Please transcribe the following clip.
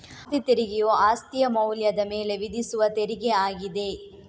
ಅಸ್ತಿ ತೆರಿಗೆಯು ಅಸ್ತಿಯ ಮೌಲ್ಯದ ಮೇಲೆ ವಿಧಿಸುವ ತೆರಿಗೆ ಆಗಿದೆ